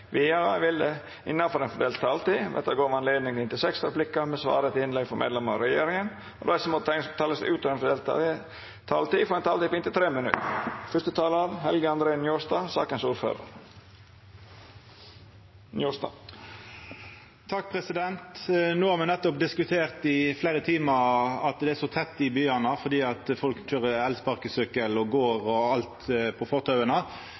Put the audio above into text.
Vidare vil det – innanfor den fordelte taletida – verta gjeve anledning til inntil seks replikkar med svar etter innlegg frå medlemer av regjeringa, og dei som måtte teikna seg på talarlista utover den fordelte taletida, får òg ei taletid på inntil 3 minutt. No har me nettopp diskutert i fleire timar at det er så tett i byane fordi folk køyrer elsparkesykkel og går på fortaua.